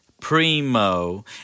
Primo